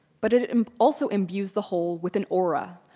but it um also imbues the whole with an aura,